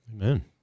Amen